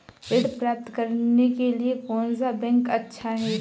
ऋण प्राप्त करने के लिए कौन सा बैंक अच्छा है?